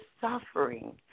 suffering